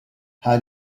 how